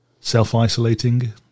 self-isolating